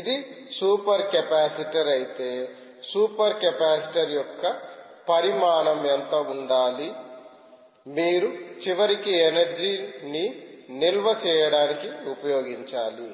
ఇది super capacitor అయితే super capacitor యొక్క పరిమాణం ఎంత ఉండాలి మీరు చివరికి ఎనర్జీ ని నిల్వ చేయడానికి ఉపయోగించాలి